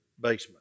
basement